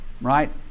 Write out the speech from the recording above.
Right